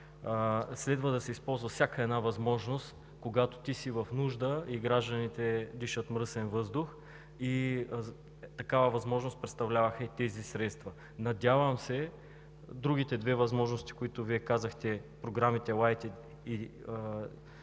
следва да се използва всяка една възможност, когато ти си в нужда и гражданите дишат мръсен въздух. Такава възможност представляваха тези средства. Надявам се другите две възможности, които Вие казахте – програмите LIFE и